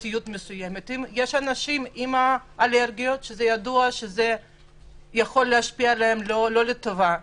יש אנשים עם אלרגיות שידוע שזה יכול להשפיע עליהם לא לטובה.